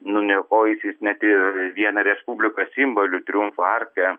nuniokojusiais net ir vieną respublikos simbolių triumfo arką